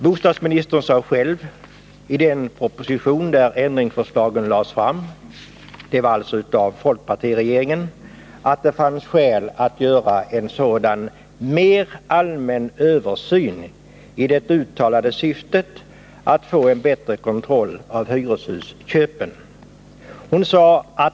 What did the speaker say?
Bostadsministern uttalade själv i den proposition i vilken ändringarna föreslogs — det var folkpartiregeringen som lade fram propositionen — att det fanns skäl att göra en mer allmän översyn i det uttalade syftet att få en bättre kontroll av hyreshusköpen.